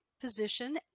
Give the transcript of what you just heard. position